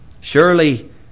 Surely